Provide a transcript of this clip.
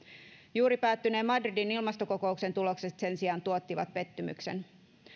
juuri päättyneen madridin ilmastokokouksen tulokset sen sijaan tuottivat pettymyksen